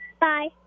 Bye